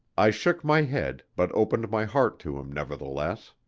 i shook my head, but opened my heart to him, nevertheless.